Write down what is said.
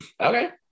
Okay